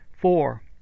Four